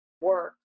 work